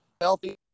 healthy